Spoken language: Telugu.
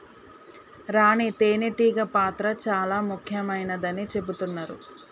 రాణి తేనే టీగ పాత్ర చాల ముఖ్యమైనదని చెబుతున్నరు